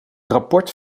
rapport